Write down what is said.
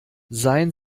seien